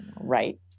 Right